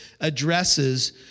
addresses